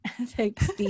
Thanks